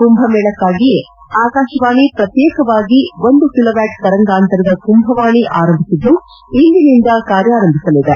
ಕುಂಭಮೇಳಕ್ನಾಗಿಯೇ ಆಕಾಶವಾಣಿ ಪ್ರತ್ಯೇಕವಾಗಿ ಒಂದು ಕಿಲೋವ್ಯಾಟ್ ತರಂಗಾಂತರದ ಕುಂಭವಾಣಿ ಆರಂಭಿಸಿದ್ದು ಇಂದಿನಿಂದ ಕಾರ್ನಾರಂಭಿಸಲಿದೆ